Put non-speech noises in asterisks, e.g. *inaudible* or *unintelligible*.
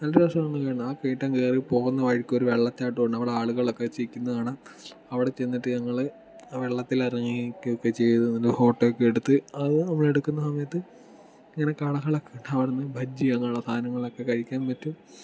നല്ല രസമാണ് *unintelligible* ആ കേറ്റം കേറി പോകുന്ന വഴിക്കൊരു വെള്ളച്ചാട്ടം ഉണ്ട് അവിടെ ആളുകളൊക്കെ ചിക്കുന്നെ കാണാം അവിടെ ചെന്നിട്ട് ഞങ്ങള് ആ വെള്ളത്തിലിറങ്ങി ഒക്കെ ചെയ്ത ഫോട്ടോയൊക്കെ എടുത്ത് അത് നമ്മൾ എടുക്കുന്ന സമയത് ഇങ്ങനെ കള കള ഒക്കെ ഉണ്ടാകാറുണ്ട് ബജി അങ്ങനെയുള്ള സാധങ്ങളൊക്കെ കഴിക്കാൻ പറ്റും